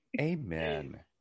Amen